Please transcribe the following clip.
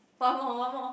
one more one more